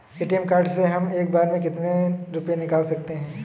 ATM card से हम एक बार में कितने रुपये निकाल सकते हैं?